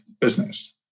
business